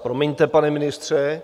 Promiňte, pane ministře.